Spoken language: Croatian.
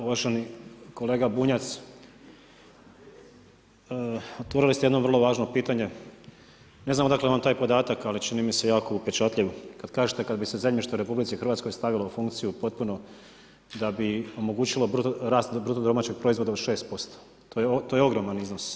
Uvaženi kolega Bunjac, otvorili ste jedno vrlo važno pitanje, ne znam odakle vam taj podatak ali čini mi se jako upečatljiv kad kažete kad bi se zemljište u RH stavilo u funkciju potpuno da bi omogućilo rast BDP-a od 6%, to je ogroman iznos.